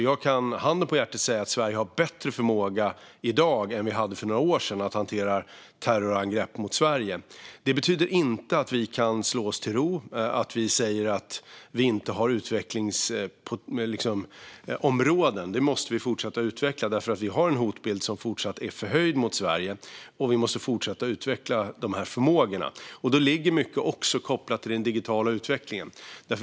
Jag kan - handen på hjärtat - säga att vi i Sverige i dag har bättre förmåga att hantera terrorangrepp mot Sverige än vad vi hade för några år sedan. Det betyder dock inte att vi kan slå oss till ro eller att vi säger att vi inte har utvecklingsområden, utan vi måste fortsätta att utveckla detta. Hotbilden mot Sverige är fortsatt förhöjd, och vi måste fortsätta att utveckla dessa förmågor. Mycket är kopplat till den digitala utvecklingen.